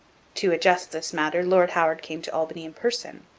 to adjust this matter lord howard came to albany in person,